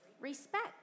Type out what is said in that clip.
respect